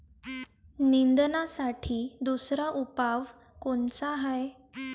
निंदनासाठी दुसरा उपाव कोनचा हाये?